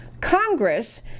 Congress